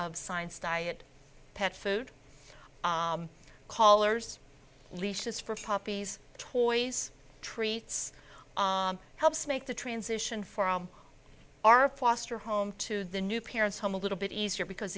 of science diet pet food color's leashes for poppies toys treats help make the transition from our foster home to the new parents home a little bit easier because